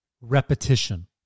repetition